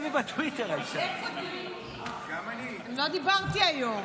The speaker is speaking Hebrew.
לא דיברתי היום.